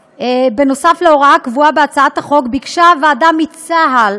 נוסף על ההוראה הקבועה בהצעת החוק ביקשה הוועדה מצה"ל